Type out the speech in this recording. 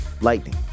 Lightning